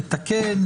לתקן,